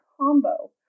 combo